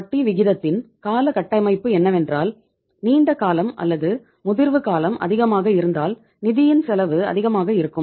வட்டி விகிதத்தின் கால கட்டமைப்பு என்னவென்றால் நீண்ட காலம் அல்லது முதிர்வு காலம் அதிகமாக இருந்தால் நிதியின் செலவு அதிகமாக இருக்கும்